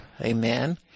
Amen